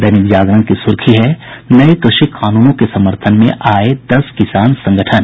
दैनिक जागरण की सुर्खी है नये कृषि कानूनों के समर्थन में आये दस किसान संगठन